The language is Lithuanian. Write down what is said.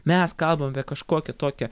mes kalbam apie kažkokią tokią